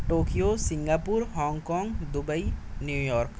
Tokyo Singapore Hong Kong Dubai New York